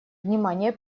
внимание